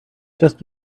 just